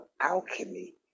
alchemy